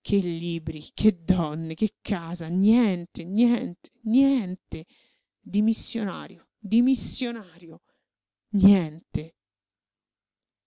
che libri che donne che casa niente niente niente dimissionario dimissionario niente